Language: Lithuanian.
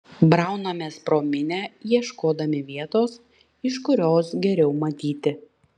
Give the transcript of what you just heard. braunamės pro minią ieškodami vietos iš kurios geriau matyti